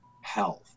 health